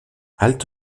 alt